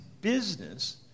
business